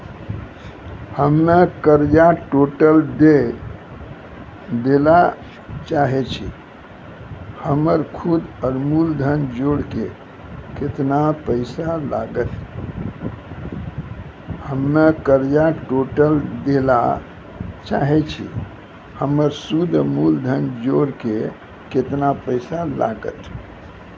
हम्मे कर्जा टोटल दे ला चाहे छी हमर सुद और मूलधन जोर के केतना पैसा लागत?